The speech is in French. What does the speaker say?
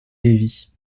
lévis